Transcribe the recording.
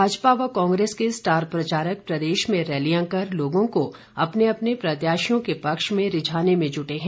भाजपा व कांग्रेस के स्टार प्रचारक प्रदेश में रैलियां कर लोगों को अपने अपने प्रत्याशियों के पक्ष में रिझाने में जुटे हैं